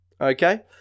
okay